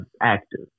active